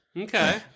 Okay